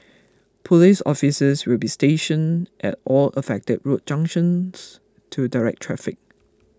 police officers will be stationed at all affected road junctions to direct traffic